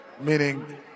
Meaning